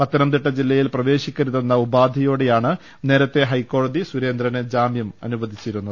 പത്തനംതിട്ട ജില്ലയിൽ പ്രവേശിക്കരുതെന്ന് ഉപാധിയോടെയാണ് നേരെത്ത ഹൈക്കോട്ടതി സുരേന്ദ്രന് ജാമ്യം അനുവദിച്ചിരുന്നത്